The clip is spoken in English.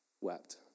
wept